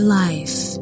life